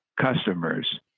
customers